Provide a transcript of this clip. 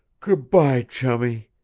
good-by, chummie!